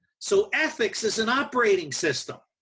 so, ethics is an operating system.